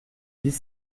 dix